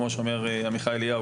כמו שאומר השר עמיחי אליהו,